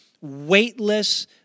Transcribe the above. weightless